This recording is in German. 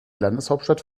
landeshauptstadt